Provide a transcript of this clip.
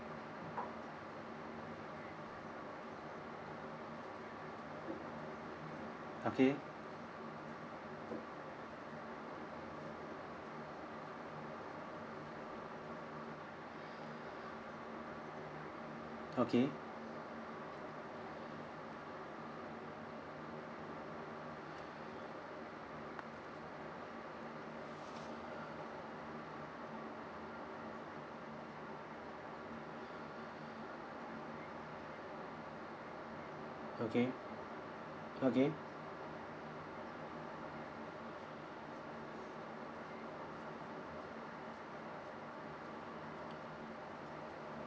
okay okay okay okay